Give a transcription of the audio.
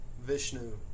Vishnu